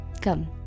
Come